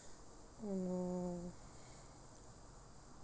oh no